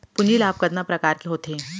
पूंजी लाभ कतना प्रकार के होथे?